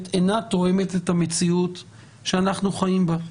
אינה תואמת את המציאות שאנחנו חיים בה.